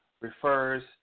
Refers